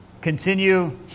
continue